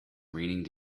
raining